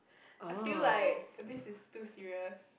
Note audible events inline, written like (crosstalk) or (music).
(breath) I feel like this is too serious